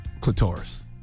clitoris